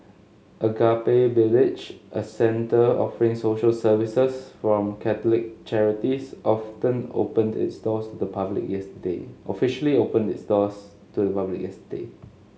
Agape Village a centre offering social services from catholic charities often opened its doors to the public yesterday officially opened its doors to public yesterday